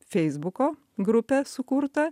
feisbuko grupę sukurta